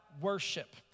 worship